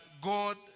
God